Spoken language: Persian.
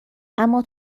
اما